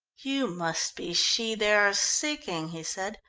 you must be she they are seeking, he said.